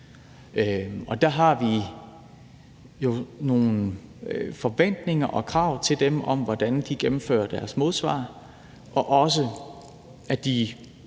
og vi har jo nogle forventninger og krav til dem om, hvordan de gennemfører deres modsvar, og også, at de